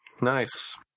Nice